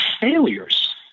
failures